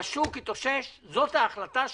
שהשוק התאושש, זאת ההחלטה שלי,